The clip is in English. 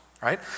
right